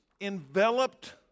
enveloped